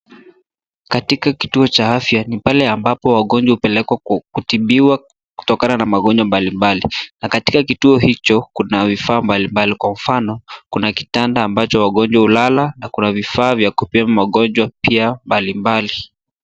Katika kituo cha afya, ni pale ambapo wagonjwa hupelekwa kutibiwa kutokana na magonjwa mbalimbali na katika kituo hicho, kuna vifaa mbalimbali kwa mfano kuna kitanda ambacho wagonjwa hulala na kuna vifaa vya kupima magonjwa pia mbalimbali.